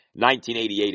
1988